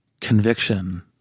conviction